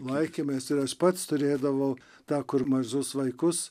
laikėmės ir aš pats turėdavau tą kur mažus vaikus